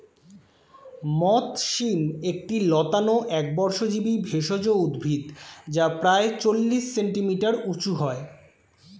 মথ শিম একটি লতানো একবর্ষজীবি ভেষজ উদ্ভিদ যা প্রায় চল্লিশ সেন্টিমিটার উঁচু হয়